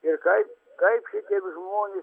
ir kaip kaip šitaip žmonės